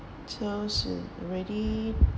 till she already